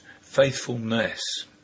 faithfulness